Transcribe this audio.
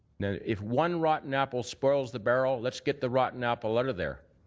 if one rotten apple spoils the barrel, let's get the rotten apple out of there.